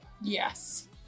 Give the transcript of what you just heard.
Yes